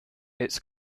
its